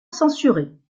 censurée